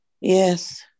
Yes